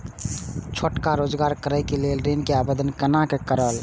छोटका रोजगार करैक लेल ऋण के आवेदन केना करल जाय?